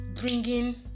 bringing